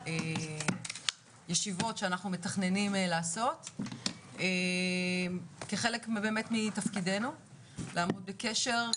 ישיבות שאנחנו מתכננים לעשות כחלק מתפקידנו לעמוד בקשר,